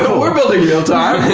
we're building real-time.